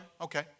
Okay